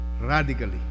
radically